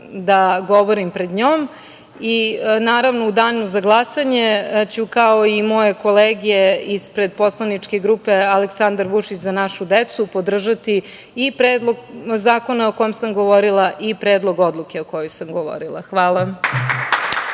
da govorim pred njom. Naravno, u danu za glasanje ću, kao i moje kolege ispred poslaničke grupe „Aleksandar Vučić – Za našu decu“, podržati i Predlog zakona o kom sam govorila i Predlog odluke o kojoj sam govorila. Hvala.